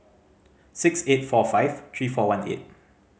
six eight four five three four one eight